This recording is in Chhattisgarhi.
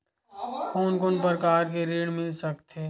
कोन कोन प्रकार के ऋण मिल सकथे?